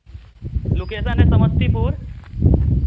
location है समस्तीपुर